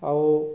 ଆଉ